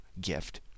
gift